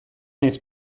nahiz